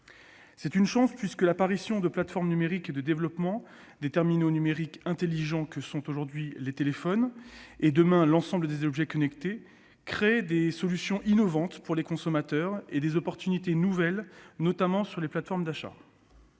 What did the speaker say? C'est une chance, puisque l'apparition de plateformes numériques et le développement des terminaux numériques intelligents que sont, aujourd'hui, les téléphones et, demain, l'ensemble des objets connectés créent des solutions innovantes pour les consommateurs et des opportunités nouvelles, notamment sur les plateformes d'achat.